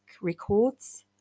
records